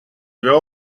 veu